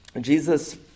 Jesus